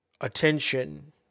attention